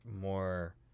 more